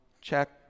Check